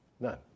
None